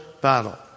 battle